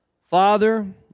Father